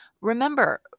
remember